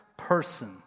person